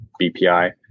BPI